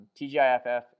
TGIFF